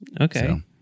Okay